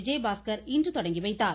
விஜயபாஸ்கர் இன்று தொடங்கி வைத்தார்